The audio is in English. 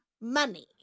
money